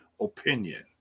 opinion